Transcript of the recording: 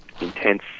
intense